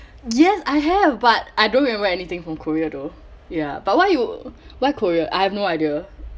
yes I have but I don't remember anything from korea though ya but why you why korea I have no idea